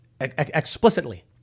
explicitly